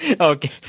Okay